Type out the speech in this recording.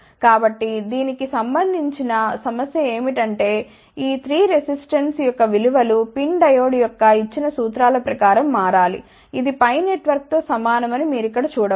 కాబట్టి దీనికి సంబంధించిన సమస్య ఏమిటంటేఈ 3 రెసిస్టెన్స్ యొక్క విలువలు PIN డయోడ్ యొక్క ఇచ్చిన సూత్రాల ప్రకారం మారాలి ఇది π నెట్వర్క్తో సమానమని మీరు ఇక్కడ చూడవచ్చు